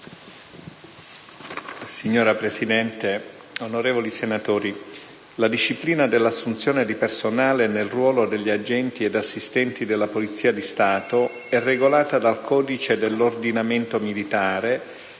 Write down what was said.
Signor Presidente, onorevoli senatori, la disciplina dell'assunzione di personale nel ruolo degli agenti ed assistenti della Polizia di Stato è regolata dal codice dell'ordinamento militare,